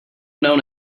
known